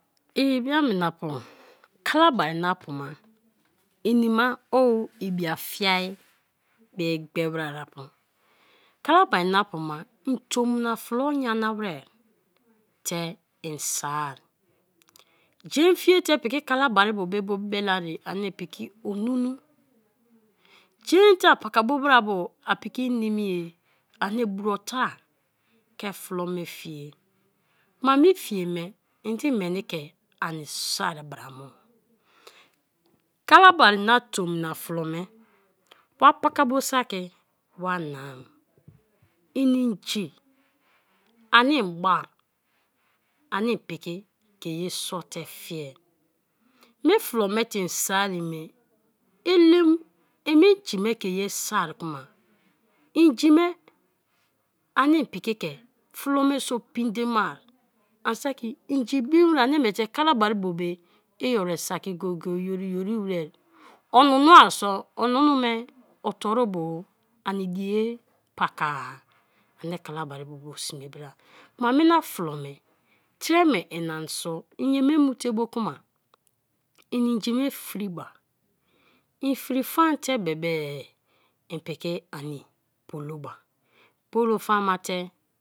Ibiaminapu kalahari napu ma inima o ibiafiai be gbe wei apu; kalahari napu ma itomna flo nyana wer tei soar, jen fie te piki kalahari na bo be bu beleari anie piki onunu, jen te apakabo bra bo a piki nimi-e ani buruotra, ke flo me fo-ye, kma me fie me ende meni ke ani soor bra mo? Kalahari na tomna flo me wa paka bo saki wa nam ini inji ani ba, ani piki ke ye so te fiea, me flo mete in soor ye me elem en me jime ke ye soor kma, inji me anj piki ke flo me pee dee ma; an saki inji bin wer ani mie te kalabari bo be i yo yeri saki go-go-e o yori yori wer, onunua so onunu me otorubo ani diea pakar ani kalabari bo be a sme bra; kuma mina flo me treme i an so, iye me mu te bo kuma in inji me freba, en fre faan te bebe i piki an poloba; polo famate